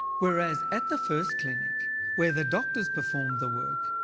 whereas at the first clinic where the doctors performed the work,